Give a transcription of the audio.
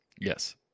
yes